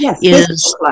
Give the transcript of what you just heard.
Yes